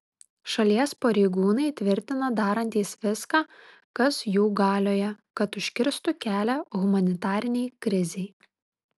šalies pareigūnai tvirtina darantys viską kas jų galioje kad užkirstų kelią humanitarinei krizei